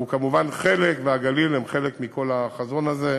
הוא כמובן חלק שיטופל מכל החזון הזה.